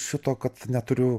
šito kad neturiu